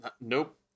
Nope